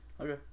Okay